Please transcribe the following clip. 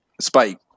Spike